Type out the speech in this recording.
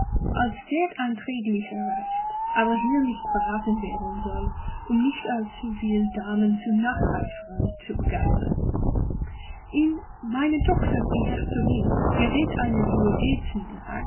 als sehr einträglich erweist aber hier nicht verraten werden soll um nicht allzu viel damen zur nacheiferung zu begeistern in meine tochter die herzogin gerät ein